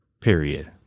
period